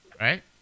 right